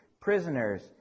prisoners